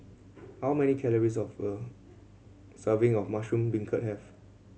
how many calories of a serving of mushroom beancurd have